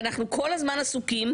אנחנו כל הזמן עסוקים